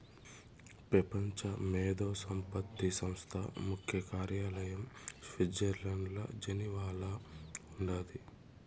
పెపంచ మేధో సంపత్తి సంస్థ ముఖ్య కార్యాలయం స్విట్జర్లండ్ల జెనీవాల ఉండాది